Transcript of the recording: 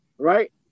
Right